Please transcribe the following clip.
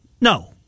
No